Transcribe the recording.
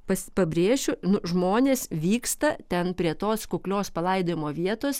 pas pabrėšiu nu žmonės vyksta ten prie tos kuklios palaidojimo vietos